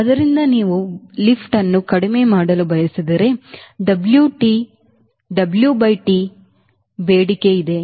ಆದ್ದರಿಂದ ನೀವು ಲಿಫ್ಟ್ ಅನ್ನು ಕಡಿಮೆ ಮಾಡಲು ಬಯಸಿದರೆ WTಗೆ ಬೇಡಿಕೆ ಇದೆ